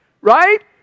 right